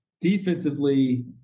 defensively